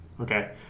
Okay